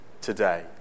today